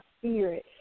spirit